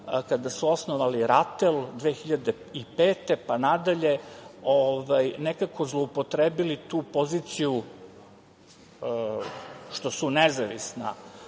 kada su osnovali RATEL, 2005. godine pa nadalje, nekako zloupotrebili tu poziciju što su nezavisna